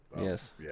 Yes